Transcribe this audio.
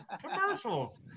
commercials